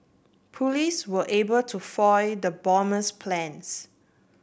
police were able to foil the bomber's plans